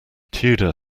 tudor